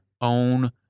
own